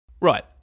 Right